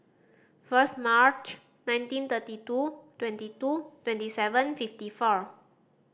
first March nineteen thirty two twenty two twenty seven fifty four